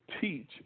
teach